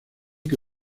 que